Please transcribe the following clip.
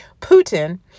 Putin